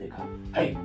Hey